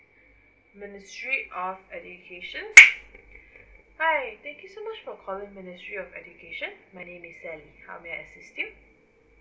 ministry of education hi thank you so much for calling ministry of education my name is anne how may I assist you